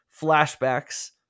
flashbacks